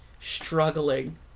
struggling